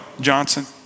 Johnson